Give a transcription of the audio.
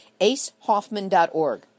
acehoffman.org